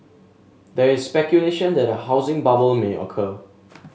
there is speculation that a housing bubble may occur